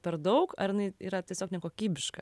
per daug ar jinai yra tiesiog nekokybiška